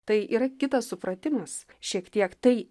tai yra kitas supratimas šiek tiek tai